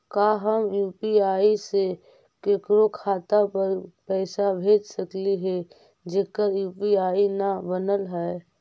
का हम यु.पी.आई से केकरो खाता पर पैसा भेज सकली हे जेकर यु.पी.आई न बनल है?